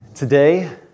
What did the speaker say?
Today